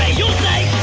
ah you'll die!